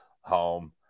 home